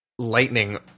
lightning